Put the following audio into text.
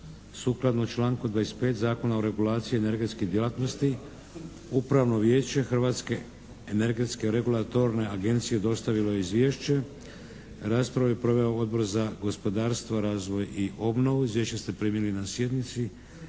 Sukladno članku 25. Zakona o regulaciji energetskih djelatnosti Upravno vijeće Hrvatske energetske regulatorne agencije dostavilo je Izvješće. Raspravu je proveo Odbor za gospodarstvo, razvoj i obnovu. Izvješće ste primili na sjednici.